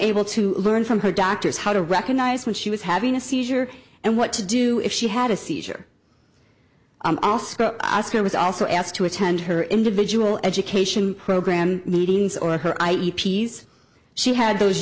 able to learn from her doctors how to recognize when she was having a seizure and what to do if she had a seizure i'm asked who was also asked to attend her individual education program meetings or her i e peas she had those